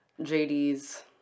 JD's